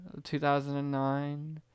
2009